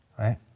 Right